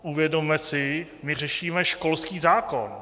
Uvědomme si, my řešíme školský zákon.